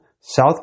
South